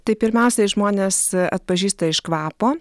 tai pirmiausiai žmonės atpažįsta iš kvapo